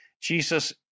Jesus